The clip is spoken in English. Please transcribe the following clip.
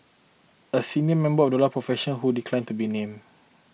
a senior member of the law profession who declined to be named